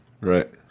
Right